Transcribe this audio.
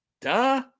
Duh